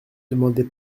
demandez